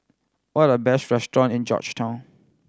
what are the best restaurant in Georgetown